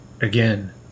Again